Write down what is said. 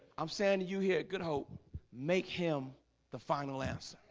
i'm saying you hear good. hope make him the final answer